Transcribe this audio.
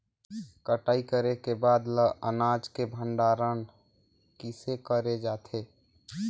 कटाई करे के बाद ल अनाज के भंडारण किसे करे जाथे?